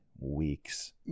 weeks